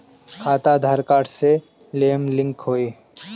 खाता आधार कार्ड से लेहम लिंक होई?